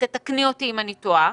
ותתקני אותי אם אני טועה,